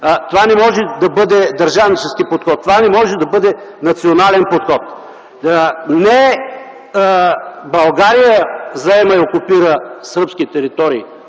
Това не може да бъде държавнически подход, това не може да бъде национален подход. Не България зае и окупира сръбски територии,